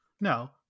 no